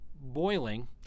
boiling